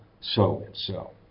So-and-so